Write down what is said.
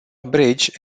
bridge